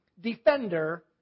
defender